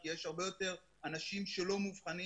כי יש הרבה יותר אנשים שלא מאובחנים,